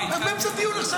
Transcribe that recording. אתה באמצע דיון.